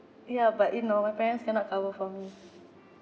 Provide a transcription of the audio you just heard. yeah but you know my parents cannot cover for me